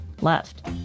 left